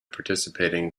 participating